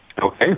Okay